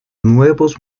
nuevos